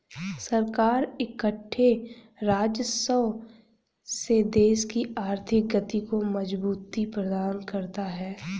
सरकार इकट्ठे राजस्व से देश की आर्थिक गति को मजबूती प्रदान करता है